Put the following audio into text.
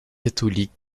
catholique